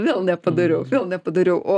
vėl nepadariau vėl nepadariau o